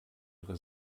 ihre